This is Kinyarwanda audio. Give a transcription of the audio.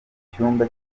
icyumba